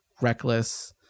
reckless